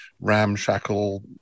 ramshackle